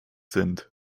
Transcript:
sind